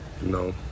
no